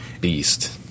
beast